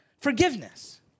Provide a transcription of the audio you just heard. forgiveness